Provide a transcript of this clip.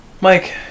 Mike